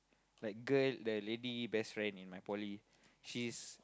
like girl the lady best friend in my poly she's